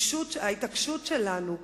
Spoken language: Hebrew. ההתעקשות שלנו,